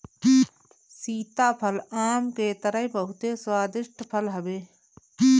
सीताफल आम के तरह बहुते स्वादिष्ट फल हवे